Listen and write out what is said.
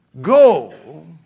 go